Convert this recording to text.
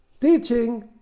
teaching